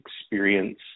experience